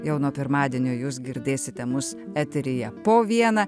jau nuo pirmadienio jūs girdėsite mus eteryje po vieną